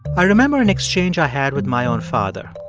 i remember an exchange i had with my own father.